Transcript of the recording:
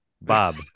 Bob